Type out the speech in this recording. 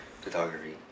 photography